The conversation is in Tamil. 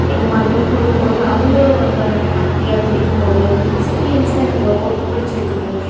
இந்த மாதிரி கொடுக்கும் போது அவர்களும் ரொம்ப இதாக ஹேப்பியாக குடிக்கும் போது இந்த எக்ஸ்பீரியன்செலாம் எனக்கு ரொம்ப பிடிச்சுருக்குது